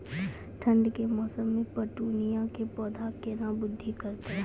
ठंड के मौसम मे पिटूनिया के पौधा केना बृद्धि करतै?